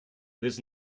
this